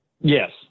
Yes